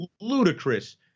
ludicrous